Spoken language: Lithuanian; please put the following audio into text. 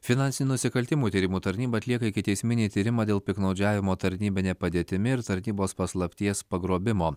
finansinių nusikaltimų tyrimų tarnyba atlieka ikiteisminį tyrimą dėl piktnaudžiavimo tarnybine padėtimi ir sargybos paslapties pagrobimo